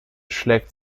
schlägt